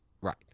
Right